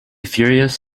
furious